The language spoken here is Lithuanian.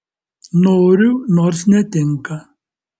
noriu nors netinka